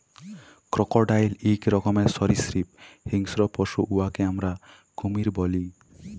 crocodile ইক রকমের সরীসৃপ হিংস্র পশু উয়াকে আমরা কুমির ব্যলি